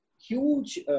huge